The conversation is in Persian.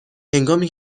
هنگامی